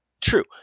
True